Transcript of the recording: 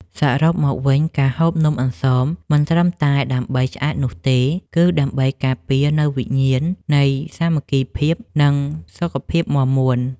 សរុបមកវិញការហូបនំអន្សមមិនត្រឹមតែដើម្បីឆ្អែតនោះទេ គឺ ដើម្បីការពារនូវវិញ្ញាណនៃសាមគ្គីភាព និង សុខភាពមាំមួន។